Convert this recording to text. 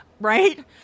Right